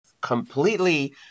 Completely